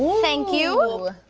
thank you.